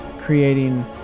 creating